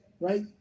right